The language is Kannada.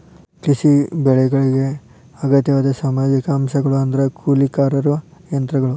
ಕೃಷಿ ಬೆಳೆಗಳಿಗೆ ಅಗತ್ಯವಾದ ಸಾಮಾಜಿಕ ಅಂಶಗಳು ಅಂದ್ರ ಕೂಲಿಕಾರರು ಯಂತ್ರಗಳು